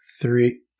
three